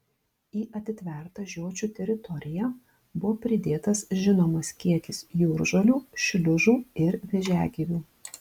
į atitvertą žiočių teritoriją buvo pridėtas žinomas kiekis jūržolių šliužų ir vėžiagyvių